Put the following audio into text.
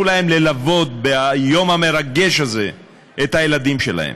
להם ללוות ביום המרגש הזה את הילדים שלהם,